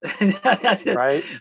right